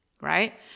Right